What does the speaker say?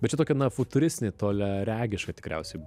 bet čia tokia futuristinė toliaregiška tikriausiai